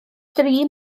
dri